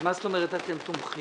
אז מה זאת אומרת אתם תומכים?